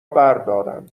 بردارم